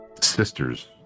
sisters